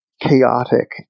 chaotic